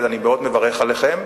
אז אני מאוד מברך אתכם.